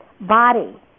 body